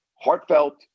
heartfelt